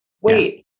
wait